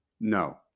No